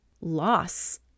loss